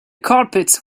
carpet